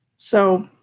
so,